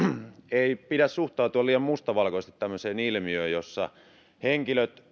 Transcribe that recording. ei pidä suhtautua liian mustavalkoisesti tämmöiseen ilmiöön jossa henkilön